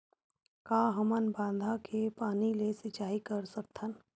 का हमन बांधा के पानी ले सिंचाई कर सकथन?